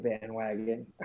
bandwagon